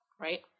right